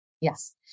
Yes